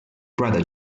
brother